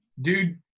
Dude